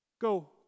go